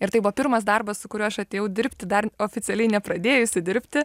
ir tai buvo pirmas darbas su kuriuo aš atėjau dirbti dar oficialiai nepradėjusi dirbti